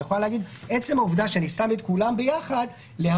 היא יכולה להגיד שעצם העובדה שהיא שמה את כולם ביחד זה דבר,